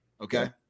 Okay